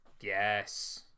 yes